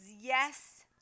yes